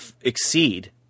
exceed –